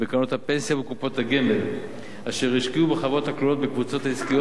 בקרנות הפנסיה ובקופות הגמל אשר השקיעו בחברות הכלולות בקבוצות העסקיות